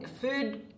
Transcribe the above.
food